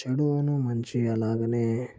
చెడును మంచి అలాగనే